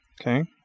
Okay